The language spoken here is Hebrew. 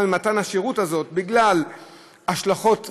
ממתן השירות הזה בגלל השלכות חינוכיות,